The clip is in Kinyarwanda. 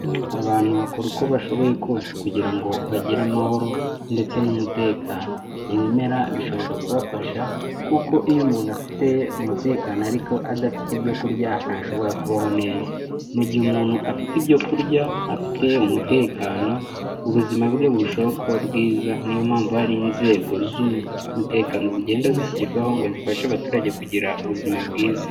Abantu bakora uko bashoboye kose kugira ngo bagire amahoro ndetse n'umutekano. Ibimera bishobora kubafasha kuko iyo umuntu afite umutekano ariko adafite ibyo kurya ntashobora kubaho neza. Mu gihe umuntu afite ibyo kurya, afite umutekano ubuzima bwe burushaho kuba bwiza. Niyo mpamvu hari inzego z'umutekano zigenda zishyirwaho ngo zifashe abaturage kugira ubuzima bwiza.